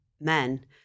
men